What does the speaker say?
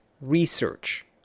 research